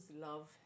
love